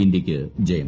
ഇന്തൃയ്ക്ക് ജയം